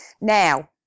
Now